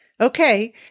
Okay